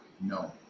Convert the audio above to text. No